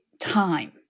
time